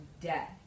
death